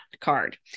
card